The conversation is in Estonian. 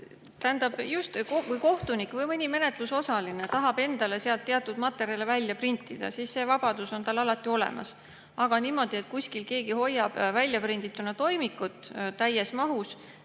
Tähendab, kui kohtunik või mõni menetlusosaline tahab endale sealt teatud materjale välja printida, siis see vabadus on tal alati olemas. Aga sellist asja, et kuskil keegi hoiab väljaprindituna toimikut täies mahus,